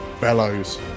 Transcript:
bellows